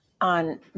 on